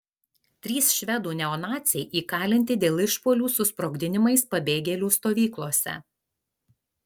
trys švedų neonaciai įkalinti dėl išpuolių su sprogdinimais pabėgėlių stovyklose